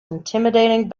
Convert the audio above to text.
intimidating